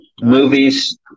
movies